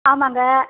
ஆமாங்க